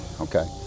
Okay